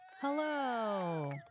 Hello